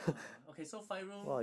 uh okay so five room